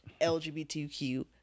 LGBTQ